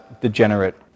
degenerate